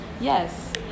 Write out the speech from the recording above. Yes